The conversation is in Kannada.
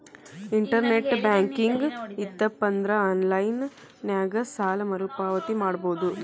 ಇಂಟರ್ನೆಟ್ ಬ್ಯಾಂಕಿಂಗ್ ಇತ್ತಪಂದ್ರಾ ಆನ್ಲೈನ್ ನ್ಯಾಗ ಸಾಲ ಮರುಪಾವತಿ ಮಾಡಬೋದು